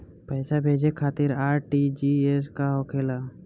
पैसा भेजे खातिर आर.टी.जी.एस का होखेला?